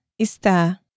está